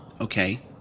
Okay